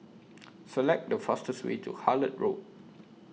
Select The fastest Way to Hullet Road